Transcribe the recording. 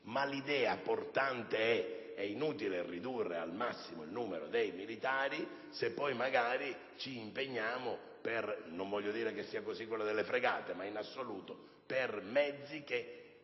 ma l'idea portante è che è inutile ridurre al massimo il numero dei militari se poi ci impegniamo (non voglio dire che sia così per le fregate, ma in assoluto) per la